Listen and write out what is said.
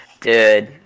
Dude